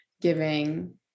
giving